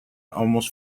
almost